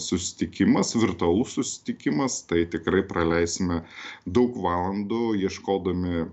susitikimas virtualus susitikimas tai tikrai praleisime daug valandų ieškodami